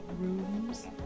rooms